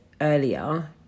earlier